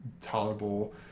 tolerable